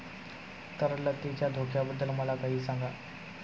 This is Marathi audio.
तरलतेच्या धोक्याबद्दल मला काही सांगा